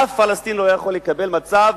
אף פלסטיני לא יכול לקבל מצב